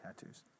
tattoos